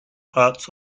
parts